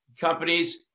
companies